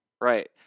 Right